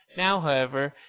now, however,